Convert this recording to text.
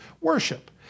worship